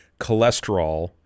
Cholesterol